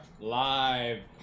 live